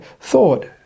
thought